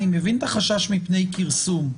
אני מבין את החשש מפני כרסום.